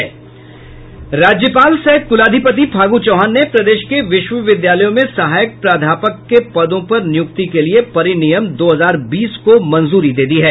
राज्यपाल सह कुलाधिपति फागू चौहान ने प्रदेश के विश्वविद्यालयों में सहायक प्राध्यापक के पदों पर नियुक्ति के लिए परिनियम दो हजार बीस को मंजूरी दे दी है